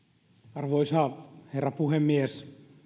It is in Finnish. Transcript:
arvoisa herra puhemies